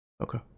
Okay